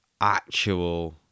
actual